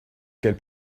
quelle